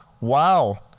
Wow